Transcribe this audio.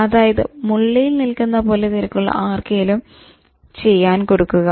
അതായത് മുള്ളേൽ നിൽക്കുന്ന പോലെ തിരക്കുള്ള ആർക്കെങ്കിലും ചെയ്യാൻ കൊടുക്കുക